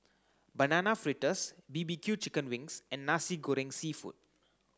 banana fritters B B Q chicken wings and Nasi Goreng seafood